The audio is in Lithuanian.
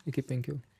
iki penkių